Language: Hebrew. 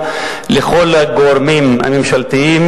אדוני ראש הממשלה,